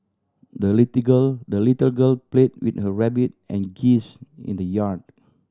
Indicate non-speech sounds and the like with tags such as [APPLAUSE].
the [UNINTELLIGIBLE] girl the little girl played with her rabbit and geese in the yard